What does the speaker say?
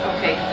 Okay